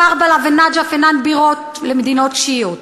כרבלא ונג'ף אינן בירות של מדינות שיעיות.